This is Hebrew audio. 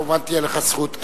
כמובן תהיה לך זכות.